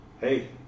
Hey